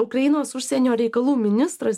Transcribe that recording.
ukrainos užsienio reikalų ministras